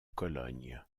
cologne